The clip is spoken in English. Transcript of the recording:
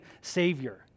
savior